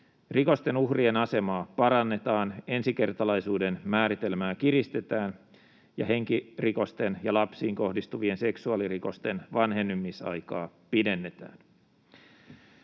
Rikosten uhrien asemaa parannetaan, ensikertalaisuuden määritelmää kiristetään ja henkirikosten ja lapsiin kohdistuvien seksuaalirikosten vanhenemisaikaa pidennetään.